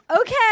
Okay